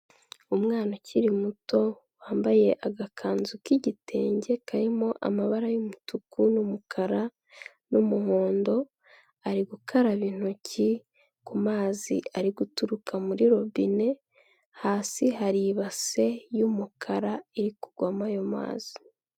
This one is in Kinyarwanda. Umwana ukiri muto wambaye agakanzu k'igitenge karimo amabara y'umutuku n'umukara n'umuhondo, ari gukaraba intoki ku mazi ari guturuka muri robine, hasi hari ibase y'umukara iri kugwamo ayo mazi.